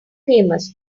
famous